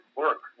work